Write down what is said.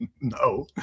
No